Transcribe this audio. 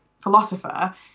philosopher